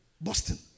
Boston